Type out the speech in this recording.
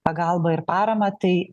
pagalbą ir paramą tai